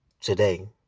today